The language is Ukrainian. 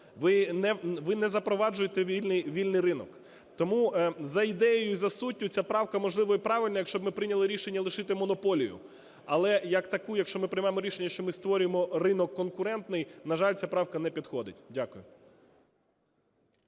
Ви не запроваджуєте вільний ринок, тому за ідеєю і за суттю ця правка, можливо, і правильна, якщо б ми прийняли рішення лишити монополію, але, як таку, якщо ми приймаємо рішення, що ми створюємо ринок конкурентний – на жаль, ця правка не підходить. Дякую.